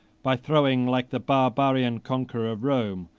by throwing, like the barbarian conqueror rome,